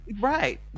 Right